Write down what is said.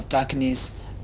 Darkness